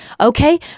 Okay